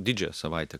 didžiąją savaitę